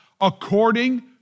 according